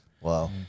Wow